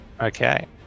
Okay